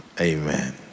Amen